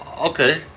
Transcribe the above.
Okay